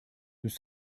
nous